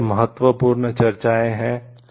तो ये महत्वपूर्ण चर्चाएँ हैं